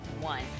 one